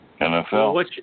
NFL